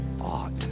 ought